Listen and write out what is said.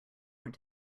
went